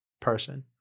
person